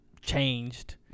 changed